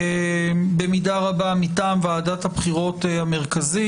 במידה רבה מטעם ועדת הבחירות המרכזית.